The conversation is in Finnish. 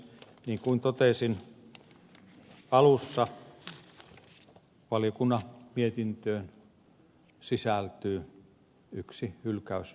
niin kuin totesin alussa valiokunnan mietintöön sisältyy yksi hylkäysvastalause